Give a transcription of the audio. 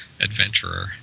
adventurer